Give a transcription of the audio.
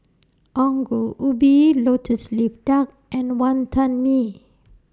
Ongol Ubi Lotus Leaf Duck and Wantan Mee